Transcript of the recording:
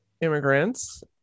Immigrants